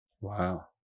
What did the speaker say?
wow